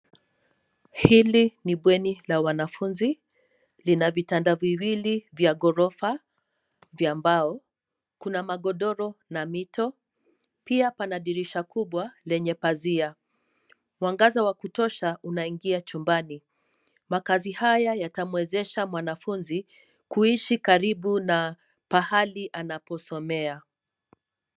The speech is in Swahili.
Hili ni bweni la wanafunzi. Lina vitanda viwili vya ghorofa vya mbao. Kuna magodoro na mito. Pia pana dirisha kubwa lenye pazia. Mwangaza wa kutosha unaingia chumbani. Makazi haya yatamwezeshwa mwanafunzi kuishi karibu na pahali anaposomea.